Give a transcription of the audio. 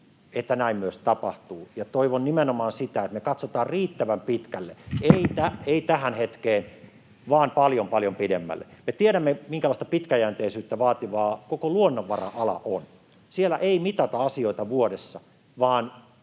että näin myös tapahtuu, ja toivon nimenomaan sitä, että me katsotaan riittävän pitkälle, ei tähän hetkeen vaan paljon, paljon pidemmälle. Me tiedämme, minkälaista pitkäjänteisyyttä vaativaa koko luonnonvara-ala on. Siellä ei mitata asioita vuosissa